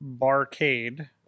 barcade